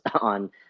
on